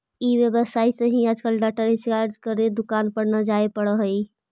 ई व्यवसाय से ही आजकल डाटा रिचार्ज करे दुकान पर न जाए पड़ऽ हई